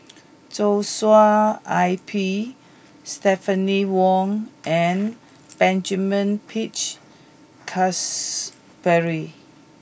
Joshua I P Stephanie Wong and Benjamin Peach Keasberry